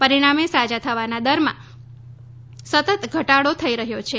પરિણામે સાજા થવાનાં દરમાં સતત ધટાડો થઈ રહ્યો છે